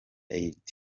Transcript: eid